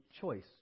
choice